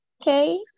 Okay